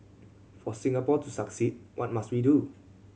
for Singapore to succeed what must we do